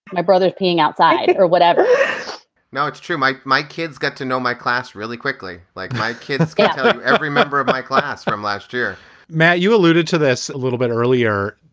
and my brother peeing outside or whatever now, it's true. my my kids got to know my class really quickly, like my kids. every member of my class from last year matt, you alluded to this a little bit earlier.